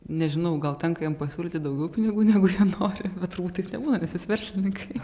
nežinau gal tenka jiem pasiūlyti daugiau pinigų negu jie nori bet turbūt taip nebūna nes jūs verslininkai